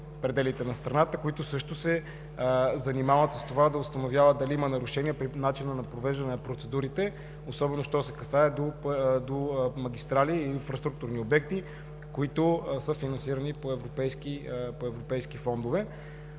които също се занимават с това да установяват дали има нарушения по начина на провеждане на процедурите особено що се касае до магистрали и инфраструктурни обекти, които са финансирани по европейски фондове.